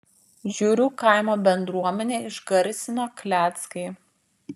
žiurių kaimo bendruomenę išgarsino kleckai